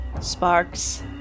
sparks